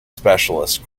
specialist